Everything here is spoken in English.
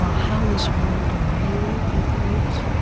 ah how this world really operates.